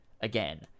again